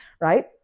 right